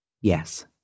yes